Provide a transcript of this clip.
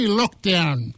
lockdown